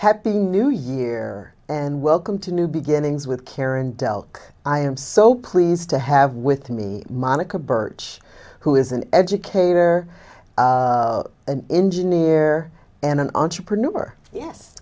happy new year and welcome to new beginnings with karen dell i am so pleased to have with me monica burch who is an educator an engineer and an entrepreneur yes